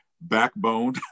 backbone